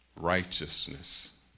righteousness